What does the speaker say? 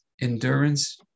endurance